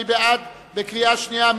מי בעד בקריאה שנייה?